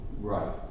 Right